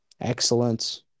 excellence